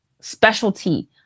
specialty